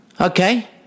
okay